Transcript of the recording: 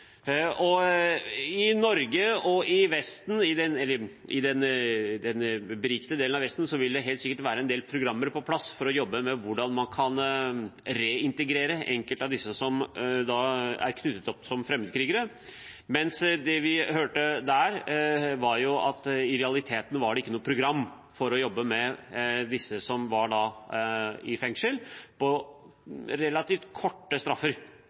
det. I Norge, og i den rike del av Vesten, vil det helt sikkert være en del programmer på plass for hvordan man jobber med å reintegrere enkelte av dem som har vært fremmedkrigere. Men det vi hørte der, var at i realiteten var det ikke noe program for å jobbe med disse som var i fengsel. De fikk relativt korte straffer,